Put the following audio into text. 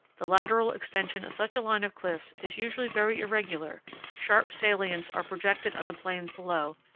the lateral extension of such a line of cliffs is usually very irregular sharp salients are projected on the plains below,